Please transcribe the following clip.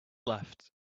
left